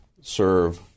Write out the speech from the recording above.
serve